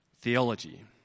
theology